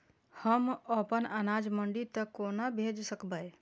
हम अपन अनाज मंडी तक कोना भेज सकबै?